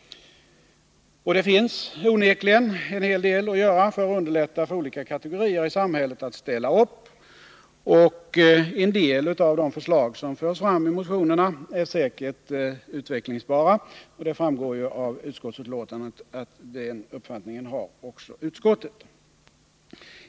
Det finns onekligen en hel del att göra för att underlätta för olika kategorier i samhället att ställa upp, och en del av de förslag som förs fram i motionerna är säkert utvecklingsbara. Det framgår ju också av betänkandet att även utskottet har den uppfattningen.